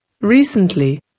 recently